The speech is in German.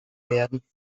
werden